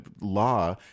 law